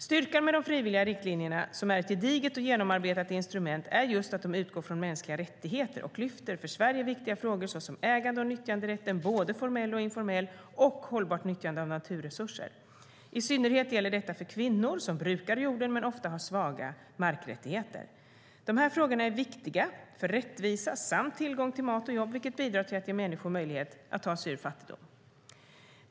Styrkan med de frivilliga riktlinjerna, som är ett gediget och genomarbetat instrument, är just att de utgår från mänskliga rättigheter och lyfter upp för Sverige viktiga frågor såsom ägande och nyttjanderätten - både formell och informell - och hållbart nyttjande av naturresurser. I synnerhet gäller detta för kvinnor som brukar jorden men ofta har svaga markrättigheter. De här frågorna är viktiga för rättvisa samt tillgång till mat och jobb, vilket bidrar till att ge människor möjlighet att ta sig ur fattigdom.